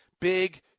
big